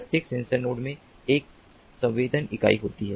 प्रत्येक sensor node में एक संवेदन इकाई होती है